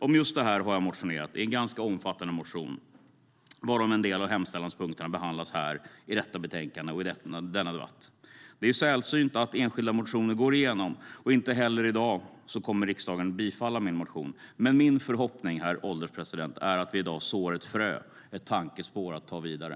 Om just detta har jag motionerat i en ganska omfattande motion, och en del av hemställanspunkterna behandlas här i detta betänkande och i denna debatt. Det är sällsynt att enskilda motioner går igenom. Inte heller i dag kommer riksdagen att bifalla min motion. Men min förhoppning, herr ålderspresident, är att vi i dag sår ett frö, ett tankespår att ta vidare.